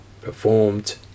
performed